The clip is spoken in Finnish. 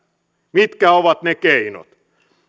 mitkä ovat ne keinot